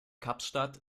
kapstadt